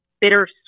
bittersweet